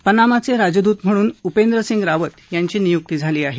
पनामाचे राजदूत म्हणून उपेंद्र सिंग रावत यांची नियुक्ती झाली आहे